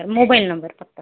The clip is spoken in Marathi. मोबाईल नंबर फक्त